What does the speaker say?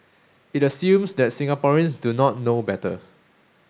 it assumes that Singaporeans do not know better